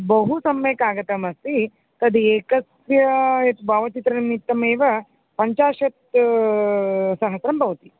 बहु सम्यक् आगतम् अस्ति तद् एकस्य यत् भावचित्रनिमित्तमेव पञ्चाशत् सहस्रं भवति